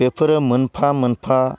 बेफोरो मोनफा मोनफा